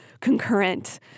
concurrent